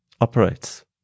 operates